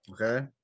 Okay